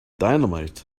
dynamite